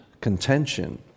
contention